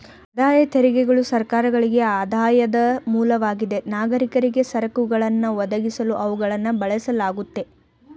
ಆದಾಯ ತೆರಿಗೆಗಳು ಸರ್ಕಾರಗಳ್ಗೆ ಆದಾಯದ ಮೂಲವಾಗಿದೆ ನಾಗರಿಕರಿಗೆ ಸರಕುಗಳನ್ನ ಒದಗಿಸಲು ಅವುಗಳನ್ನ ಬಳಸಲಾಗುತ್ತೆ